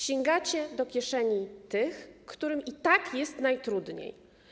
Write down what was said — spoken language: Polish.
Sięgacie do kieszeni tych, którym i tak jest najtrudniej.